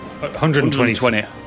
120